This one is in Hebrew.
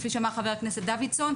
כפי שאמר חבר הכנסת דוידסון.